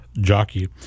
jockey